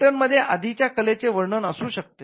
patent मध्ये आधीच्या कलेचे वर्णन असू शकते